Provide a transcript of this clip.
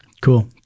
Cool